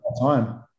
time